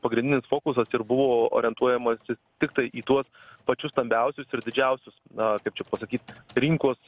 pagrindinis fokusas ir buvo orientuojamasi tiktai į tuos pačius stambiausius ir didžiausius na kaip čia pasakyt rinkos